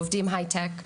עובדי הייטק,